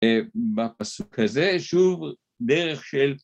בפסוק הזה שוב דרך של